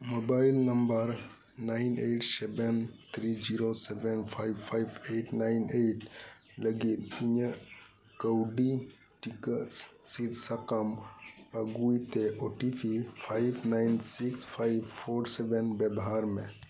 mobile number nine eight seven three zero seven five five eight nine eight ᱞᱟᱜᱤᱫ ᱤᱧᱟᱹᱜ ᱠᱟᱹᱣᱰᱤ ᱴᱤᱠᱟᱹ ᱥᱤᱫ ᱥᱟᱠᱟᱢ ᱟᱜᱩᱭ ᱛᱮ O T P five nine six five four seven ᱵᱮᱵᱷᱟᱨ ᱢᱮ